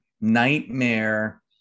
Nightmare